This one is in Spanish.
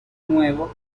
nuevo